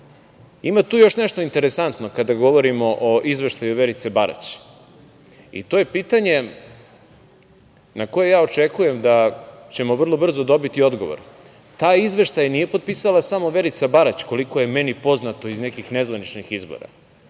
ima tu još nešto interesantno kada govorimo o izveštaju Verice Barać. To je pitanje na koje ja očekujem da ćemo vrlo brzo dobiti odgovor. Taj izveštaj nije potpisala samo Verica Barać koliko je meni poznato iz nekih nezvaničnih izvora.